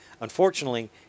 unfortunately